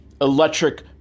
Electric